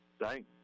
Thanks